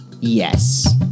Yes